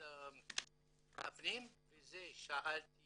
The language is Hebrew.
הפנים, ואת זה אני